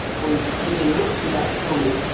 and, living up to that promise,